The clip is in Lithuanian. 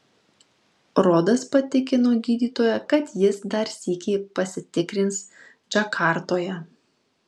rodas patikino gydytoją kad jis dar sykį pasitikrins džakartoje